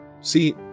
See